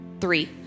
three